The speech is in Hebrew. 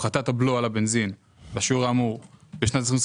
הפחתת הבלו על הבנזין בשיעור האמור לשנת 2023